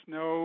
no